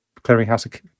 clearinghouse